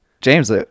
James